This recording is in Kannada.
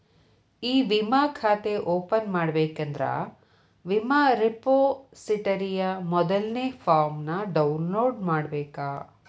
ಇ ವಿಮಾ ಖಾತೆ ಓಪನ್ ಮಾಡಬೇಕಂದ್ರ ವಿಮಾ ರೆಪೊಸಿಟರಿಯ ಮೊದಲ್ನೇ ಫಾರ್ಮ್ನ ಡೌನ್ಲೋಡ್ ಮಾಡ್ಬೇಕ